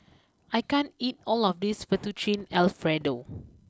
I can't eat all of this Fettuccine Alfredo